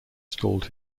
stalled